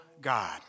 God